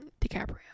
dicaprio